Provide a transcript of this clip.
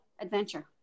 adventure